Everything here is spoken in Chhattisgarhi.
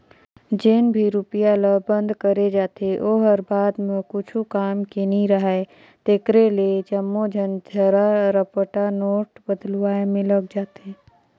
जेन भी रूपिया ल बंद करे जाथे ओ ह बाद म कुछु काम के नी राहय तेकरे ले जम्मो झन धरा रपटा नोट बलदुवाए में लग जाथे